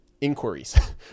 inquiries